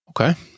Okay